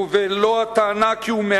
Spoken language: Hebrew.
ולא הטענה כי הוא,